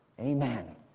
Amen